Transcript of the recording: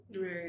Right